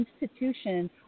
institution